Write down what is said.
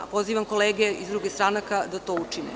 Pozivam kolege iz drugih stranaka da to učine.